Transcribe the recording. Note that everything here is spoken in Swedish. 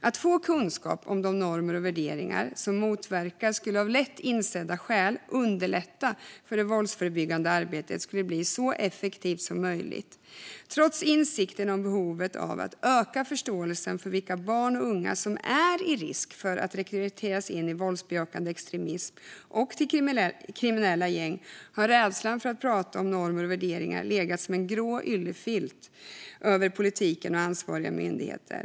Att få kunskap om de normer och värderingar som behöver motverkas skulle av lätt insedda skäl underlätta för det våldsförebyggande arbetet att bli så effektivt som möjligt, men trots insikten om behovet av att öka förståelsen för vilka barn och unga som löper risk att rekryteras in i våldsbejakande extremism och till kriminella gäng har rädslan för att prata om normer och värderingar legat som en grå yllefilt över politiken och ansvariga myndigheter.